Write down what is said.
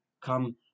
come